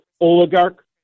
oligarch